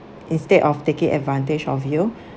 instead of taking advantage of you